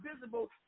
visible